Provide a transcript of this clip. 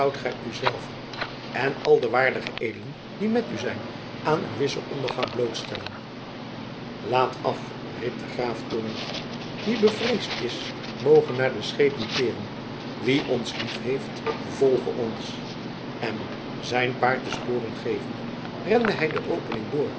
u zelven en al de waardige edelen die met u zijn aan een wissen ondergang blootstellen laat af riep de graaf toornig wie bevreesd is moge naar de schepen keeren wie ons liefheeft volge ons en zijn paard de sporen gevende rende hij de opening door